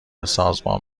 سازمان